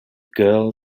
girl